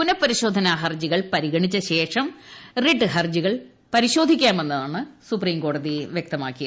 പുനഃപരിശോധനാ ഹർജികൾ പരിഗണിച്ച ശേഷം റിട്ട് ഹർജികൾ പരിശോധിക്കാമെന്നാണ് സുപ്രീംകോടതി വ്യക്തമാക്കി